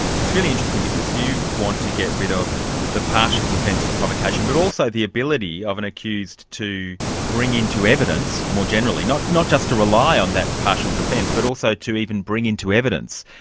it's really interesting because you want to get rid of the partial defence of provocation but also the ability of an accused to bring into evidence more generally, not not just to rely on that partial defence, but also to even bring into evidence,